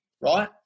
right